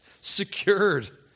secured